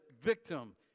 victim